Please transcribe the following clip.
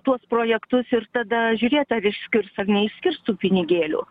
tuos projektus ir tada žiūrėt ar išskirs ar neišskirs tų pinigėlių